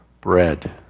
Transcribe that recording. bread